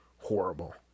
Horrible